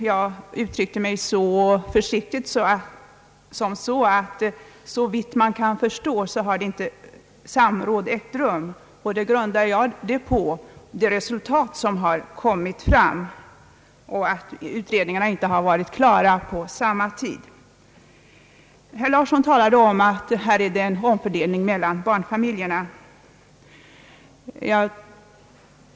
Jag uttryckte mig så försiktigt att jag sade att såvitt jag förstår har inte samråd ägt rum. Jag grundade detta på dels det resultat som har kommit fram, dels att utredningarna inte blivit klara på samma tid. Herr Larsson nämnde att det här är fråga om en omfördelning mellan barnfamiljerna.